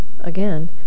Again